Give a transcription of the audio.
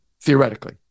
theoretically